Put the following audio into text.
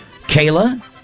Kayla